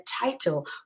title